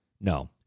No